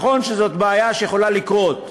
נכון שזאת בעיה שיכולה לקרות,